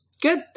Good